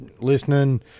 listening